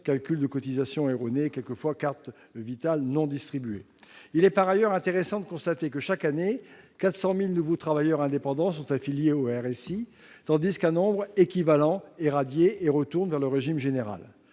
calculs de cotisations erronés, parfois cartes vitales non distribuées. Il est par ailleurs intéressant de constater que, chaque année, 400 000 nouveaux travailleurs indépendants sont affiliés au RSI, tandis qu'un nombre équivalent est radié et retourne vers le régime général.